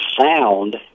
sound